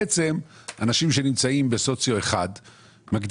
ובעצם אנשים שהם נמצאים בסוציו 1 מגדירים